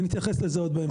ונתייחס לזה בהמשך.